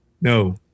No